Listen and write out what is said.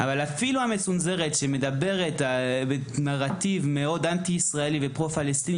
גם היא עוסקת באותו נרטיב פרו פלסטיני אנטי ישראלי.